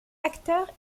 acteur